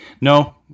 No